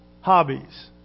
hobbies